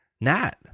Nat